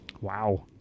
Wow